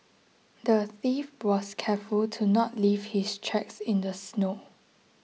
the thief was careful to not leave his tracks in the snow